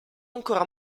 ancora